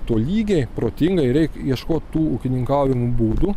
tolygiai protingai reik ieškot tų ūkininkavimo būdų